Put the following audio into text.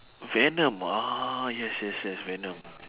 venom ah yes yes yes venom